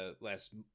last